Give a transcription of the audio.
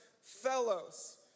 fellows